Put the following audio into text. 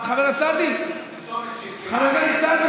חבר הכנסת סעדי, שנייה.